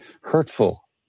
hurtful